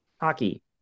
Hockey